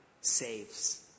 saves